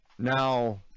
Now